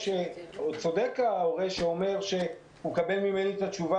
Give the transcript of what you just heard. צודק ההורה שאומר שהוא מקבל ממני תשובה